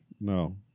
no